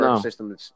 system